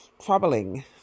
troubling